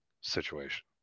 situation